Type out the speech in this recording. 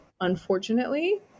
unfortunately